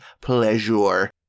pleasure